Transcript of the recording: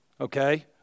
okay